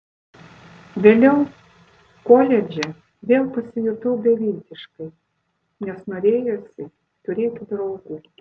vėliau koledže vėl pasijutau beviltiškai nes norėjosi turėti draugų